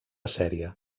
sèrie